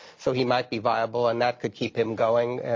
so he might be viable, and that could keep him going.